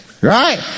Right